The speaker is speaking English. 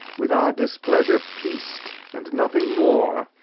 with our displeasure piec'd, and nothing more,